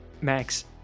max